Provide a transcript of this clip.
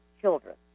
children